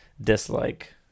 dislike